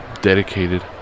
dedicated